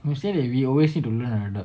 I say that we always need to learn and adapt